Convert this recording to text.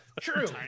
True